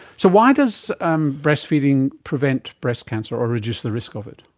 so why does um breastfeeding prevent breast cancer or reduce the risk of it?